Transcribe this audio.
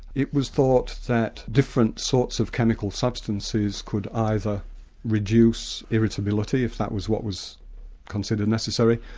it was thought that different sorts of chemical substances could either reduce irritability if that was what was considered necessary,